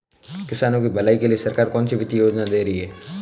किसानों की भलाई के लिए सरकार कौनसी वित्तीय योजना दे रही है?